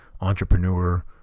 entrepreneur